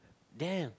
damn